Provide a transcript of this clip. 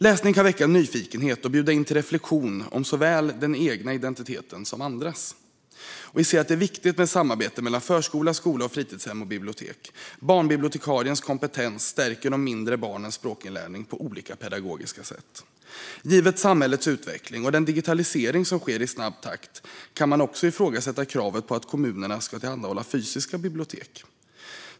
Läsning kan väcka nyfikenhet och bjuda in till reflektion om såväl den egna identiteten som andras. Vi ser att det är viktigt med samarbete mellan förskola, skola och fritidshem och bibliotek. Barnbibliotekariens kompetens stärker de mindre barnens språkinlärning på olika pedagogiska sätt. Givet samhällets utveckling och den digitalisering som sker i snabb takt kan man också ifrågasätta kravet på att kommunerna ska tillhandahålla fysiska bibliotek.